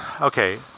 okay